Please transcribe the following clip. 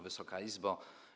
Wysoka Izbo!